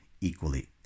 equally